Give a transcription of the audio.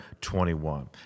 21